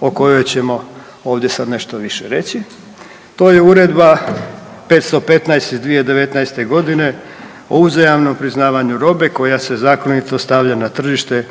o kojoj ćemo ovdje sad nešto više reći. To je Uredba 515 iz 2019. g. o uzajamnom priznavanju robe koja se zakonito stavlja na tržište